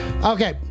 okay